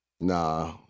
Nah